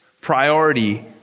priority